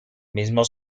mismo